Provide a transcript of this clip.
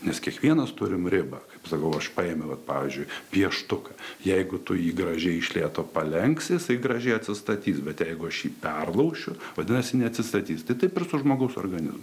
nes kiekvienas turim ribą kaip sakau aš paėmiau pavyzdžiui pieštuką jeigu tu jį gražiai iš lėto palenksi jis gražiai atsistatys bet jeigu aš jį perlaušiu vadinasi neatsistatys taip ir su žmogaus organizmu